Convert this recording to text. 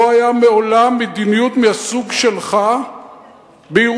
לא היתה מעולם מדיניות מהסוג שלך בירושלים.